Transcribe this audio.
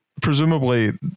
presumably